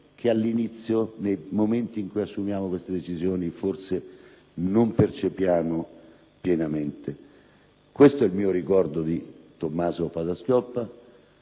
che all'inizio, nei momenti in cui assumiamo delle decisioni, forse non percepiamo pienamente. Questo è il mio ricordo di Tommaso Padoa-Schioppa,